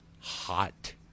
hot